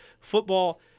Football